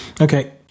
okay